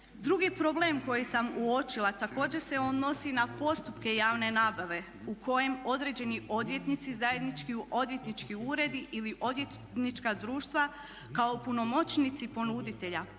Drugi problem koji sam uočila također se odnosi na postupke javne nabave u kojem određeni odvjetnici, zajednički odvjetnički uredi ili odvjetnička društva kao punomoćnici ponuditelja